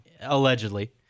Allegedly